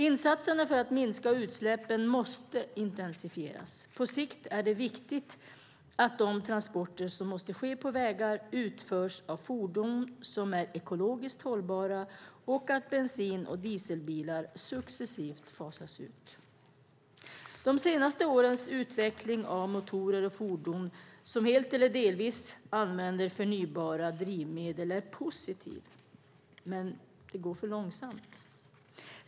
Insatserna för att minska utsläppen måste intensifieras. På sikt är det viktigt att de transporter som måste ske på vägar utförs av fordon som är ekologiskt hållbara och att bensin och dieselbilar successivt fasas ut. De senaste årens utveckling av motorer och fordon som helt eller delvis använder förnybara drivmedel är positiv, men det går för långsamt.